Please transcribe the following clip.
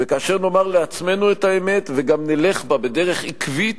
וכאשר נאמר לעצמנו את האמת וגם נלך בה בדרך עקבית,